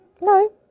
no